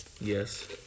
Yes